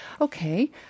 Okay